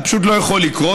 זה פשוט לא יכול לקרות,